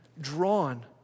drawn